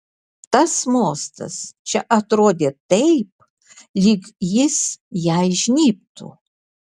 tas mostas čia atrodė taip lyg jis jai žnybtų